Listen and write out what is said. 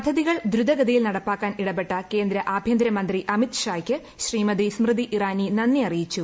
പദ്ധതികൾ ദ്രുതഗതിയിൽ നടപ്പാക്കാൻ ഇടപെട്ട കേന്ദ്രആഭ്യന്തരമന്ത്രി അമിത്ഷായ്ക്ക് ശ്രീമതി സ്മൃതി ഇറാനി നന്ദി അറിയിച്ചു